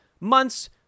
months